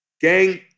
Gang